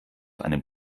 einen